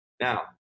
Now